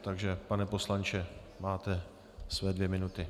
Takže pane poslanče, máte své dvě minuty.